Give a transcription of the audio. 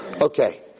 okay